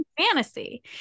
fantasy